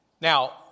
Now